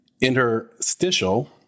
interstitial